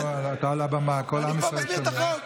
פה אתה על הבמה, עם ישראל שומע.